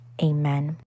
amen